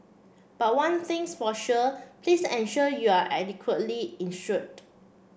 but one thing's for sure please ensure you are adequately insured